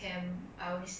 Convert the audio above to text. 不是 goss~